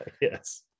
Yes